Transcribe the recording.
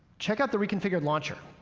check out the re-configured launcher.